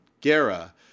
Gera